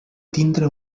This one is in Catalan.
tindre